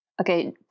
Okay